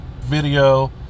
video